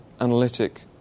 analytic